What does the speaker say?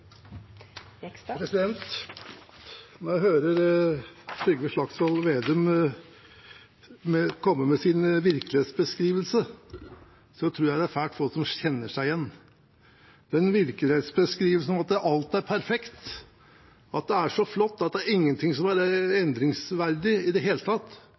Når jeg hører Trygve Slagsvold Vedum komme med sin virkelighetsbeskrivelse, tror jeg det er svært få som kjenner seg igjen. Virkelighetsbeskrivelsen om at alt er perfekt, at det er så flott, og at ingen ting er endringsverdig i det hele tatt,